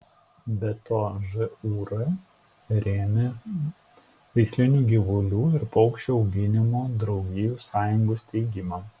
be to žūr rėmė veislinių gyvulių ir paukščių auginimo draugijų sąjungų steigimą